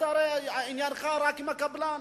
עניינך רק עם הקבלן.